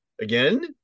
again